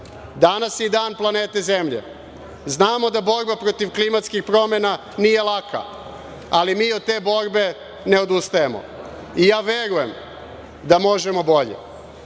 Danas je Dan planete zemlje, znamo da borba protiv klimatskih promena nije laka, ali mi od te borbe ne odustajemo. Verujem da možemo bolje,